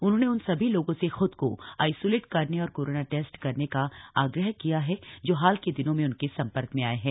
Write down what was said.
उन्होंने उन सभी लोगों से खूद को आइसोलेट करने और कोरोना टेस्ट करने का आग्रह किया है जो हाल के दिनों में उनके संपर्क में आये हैं